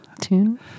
tune